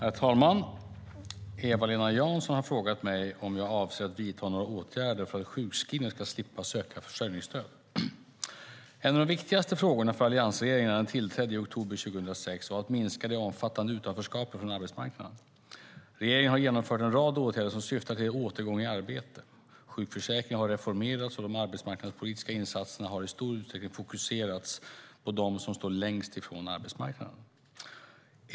Herr talman! Eva-Lena Jansson har frågat mig om jag avser att vidta några åtgärder för att sjukskrivna ska slippa söka försörjningsstöd. En av de viktigaste frågorna för alliansregeringen när den tillträdde i oktober 2006 var att minska det omfattande utanförskapet från arbetsmarknaden. Regeringen har genomfört en rad åtgärder som syftar till återgång i arbete. Sjukförsäkringen har reformerats, och de arbetsmarknadspolitiska insatserna har i stor utsträckning fokuserats på dem som står längst från arbetsmarknaden.